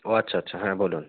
ও আচ্ছা আচ্ছা হ্যাঁ বলুন